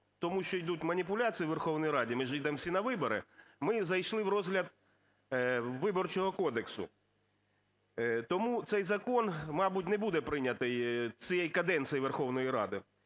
тому що йдуть маніпуляції у Верховній Раді, ми ж ідемо всі на вибори, ми зайшли в розгляд Виборчого кодексу. Тому цей закон, мабуть, не буде прийнятий цією каденцією Верховної Ради.